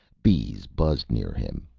bees buzzed near him.